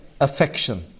Affection